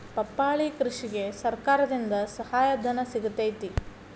ಪಪ್ಪಾಳಿ ಕೃಷಿಗೆ ಸರ್ಕಾರದಿಂದ ಸಹಾಯಧನ ಸಿಗತೈತಿ